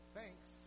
Thanks